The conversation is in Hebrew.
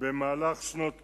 במהלך שנות קיומו.